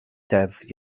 deddf